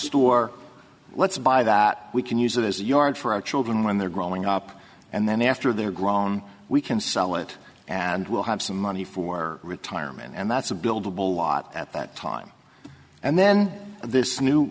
door let's buy that we can use it as a yard for our children when they're growing up and then after they're grown we can sell it and we'll have some money for retirement and that's a build a whole lot at that time and then this new